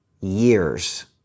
years